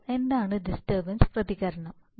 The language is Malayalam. അപ്പോൾ എന്താണ് ഡിസ്റ്റർബൻസ് പ്രതികരണം